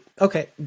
Okay